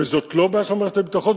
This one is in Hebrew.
וזאת לא בעיה של מערכת הביטחון,